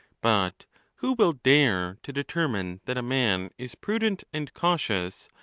but who will dare to determine that a man is prudent and cautious,